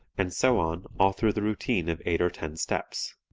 and so on all through the routine of eight or ten steps.